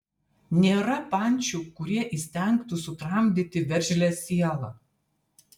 nėra pančių kurie įstengtų sutramdyti veržlią sielą